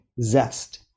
zest